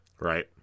Right